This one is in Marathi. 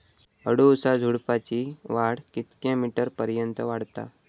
अडुळसा झुडूपाची वाढ कितक्या मीटर पर्यंत वाढता?